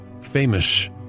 famous